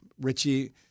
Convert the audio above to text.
richie